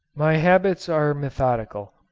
my habits are methodical,